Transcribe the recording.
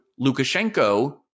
Lukashenko